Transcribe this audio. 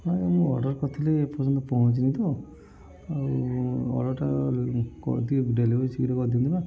ହଁ ମୁଁ ଅର୍ଡର୍ କରିଥିଲି ଏପର୍ଯ୍ୟନ୍ତ ପହଞ୍ଚିନି ତ ଆଉ ଅର୍ଡରଟା କରିଦିଅନ୍ତେ ଡେଲିଭରୀ ଶୀଘ୍ର କରିଦିଅନ୍ତେ ନା